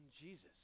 Jesus